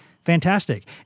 fantastic